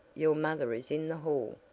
your mother is in the hall.